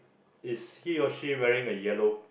is he or she wearing the yellow